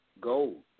gold